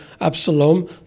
Absalom